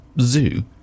zoo